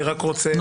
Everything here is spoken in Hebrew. לא.